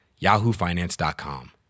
yahoofinance.com